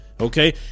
Okay